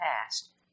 past